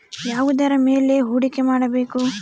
ಯಾವುದರ ಮೇಲೆ ಹೂಡಿಕೆ ಮಾಡಬೇಕು?